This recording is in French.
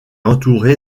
entouré